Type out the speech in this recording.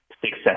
success